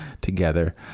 together